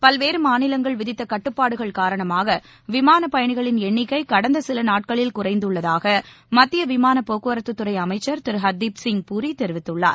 பல்வேறு மாநிலங்கள் விதித்த கட்டுப்பாடுகள் காரணமாக விமானப் பயணிகளின் எண்ணிக்கை கடந்த சில நாட்களில் குறைந்துள்ளதாக மத்திய விமானப்போக்குவரத்துத்துறை அமைச்சர் திரு ஹர்தீப் சிங் பூரி தெரிவித்துள்ளார்